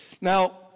Now